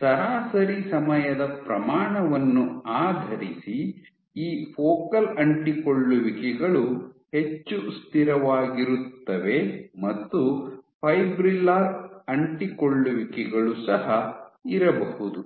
ಸರಾಸರಿ ಸಮಯದ ಪ್ರಮಾಣವನ್ನು ಆಧರಿಸಿ ಈ ಫೋಕಲ್ ಅಂಟಿಕೊಳ್ಳುವಿಕೆಗಳು ಹೆಚ್ಚು ಸ್ಥಿರವಾಗಿರುತ್ತವೆ ಮತ್ತು ಫೈಬ್ರಿಲ್ಲರ್ ಅಂಟಿಕೊಳ್ಳುವಿಕೆಗಳು ಸಹ ಇರಬಹುದು